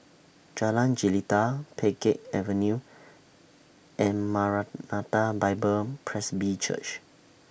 Jalan Jelita Pheng Geck Avenue and Maranatha Bible Presby Church